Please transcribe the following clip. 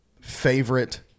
favorite